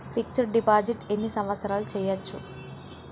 Fix డ్ deposit ఎన్ని సంవత్సరాలు చేయచ్చు?